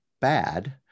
bad